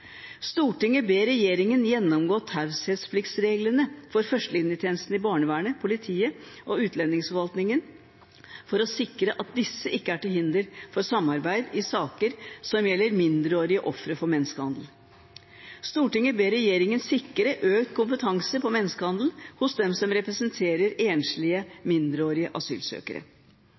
ber regjeringen gjennomgå taushetspliktsreglene for førstelinjetjenesten til barnevernet, politiet og Utlendingsforvaltningen for å sikre at disse ikke er til hinder for samarbeid i saker som gjelder mindreårige ofre for menneskehandel.» «Stortinget ber regjeringen sikre økt kompetanse på menneskehandel hos dem som representerer enslige mindreårige asylsøkere.»